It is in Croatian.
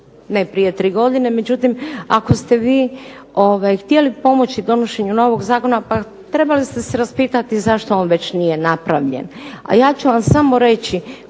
ne prije tri godine. Međutim ako ste vi htjeli pomoći donošenju novog zakona, pa trebali ste se raspitati zašto on već nije napravljen. A ja ću vam samo reći